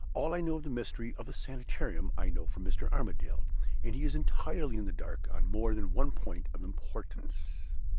all i know of the mystery of the sanitarium, i know from mr. armadale and he is entirely in the dark on more than one point of importance.